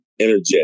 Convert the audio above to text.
energetic